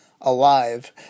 alive